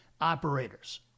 operators